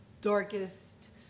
darkest